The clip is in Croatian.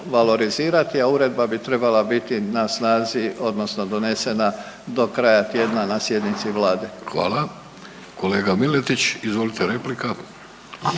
valorizirati, a uredba bi trebala biti na snazi odnosno donesena do kraja tjedna na sjednici Vlade. **Vidović, Davorko